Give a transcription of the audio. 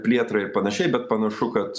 plėtrai ir panašiai bet panašu kad